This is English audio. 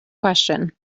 question